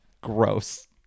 Gross